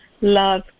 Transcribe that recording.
love